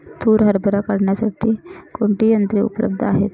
तूर हरभरा काढण्यासाठी कोणती यंत्रे उपलब्ध आहेत?